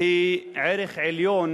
היא ערך עליון